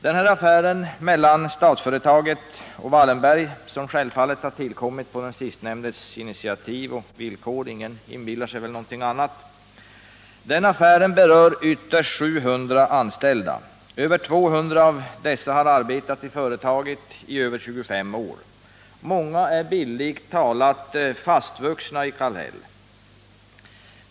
Den här affären mellan statsföretaget och Wallenberg, som självfallet har tillkommit på den sistnämndes initiativ och villkor — ingen inbillar sig väl något annat — berör ytterst 700 anställda. Över 200 av dessa har arbetat i företaget i över 25 år. Många är bildligt talat fastvuxna i Kallhäll.